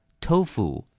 tofu